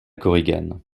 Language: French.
korigane